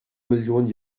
millionen